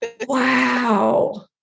Wow